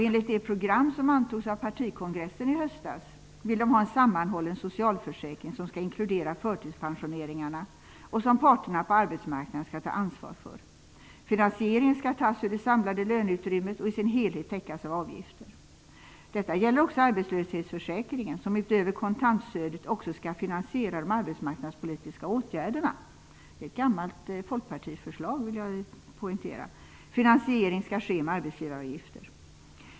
Enligt det program som antogs av partikongressen i höstas vill de ha en sammanhållen socialförsäkring, som skall inkludera förtidspensioneringarna och som parterna på arbetsmarknaden skall ta ansvar för. Finansieringen skall tas ur det samlade löneutrymmet och i sin helhet täckas av avgifter. Detta gäller också arbetslöshetsförsäkringen, som utöver kontantstödet också skall finansiera de arbetsmarknadspolitiska åtgärderna. Jag vill poängtera att det är ett gammalt folkpartiförslag. Finansiering skall ske med arbetsgivaravgifter.